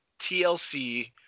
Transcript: TLC